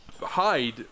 hide